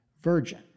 virgin